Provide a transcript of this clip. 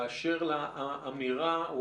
באשר לאמירה,